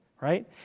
right